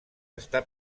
està